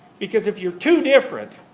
because if you're too different,